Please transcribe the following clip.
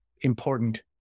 important